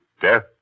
Death